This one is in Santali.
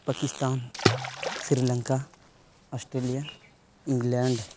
Pakistan Sri Lanka Australia England